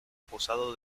acusado